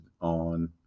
on